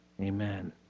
amen